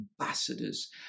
ambassadors